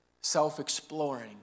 self-exploring